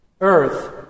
Earth